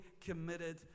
committed